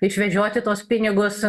išvežioti tuos pinigus